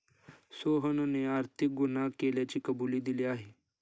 सोहनने आर्थिक गुन्हा केल्याची कबुली दिली आहे